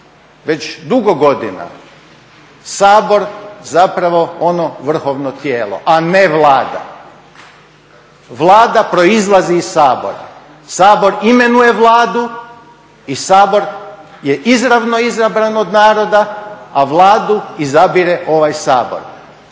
već dugo godina Sabor zapravo ono vrhovno tijelo,a ne Vlada. Vlada proizlazi iz Sabora, Sabor imenuje Vladu i Sabor je izravno izabran od naroda, a Vladu izabire ovaj Sabor.